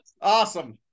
awesome